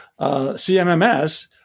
CMMS